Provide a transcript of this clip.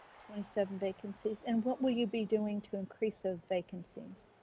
twenty seven vacancies. and what will you be doing to increase those vacancies?